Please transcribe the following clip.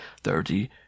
thirty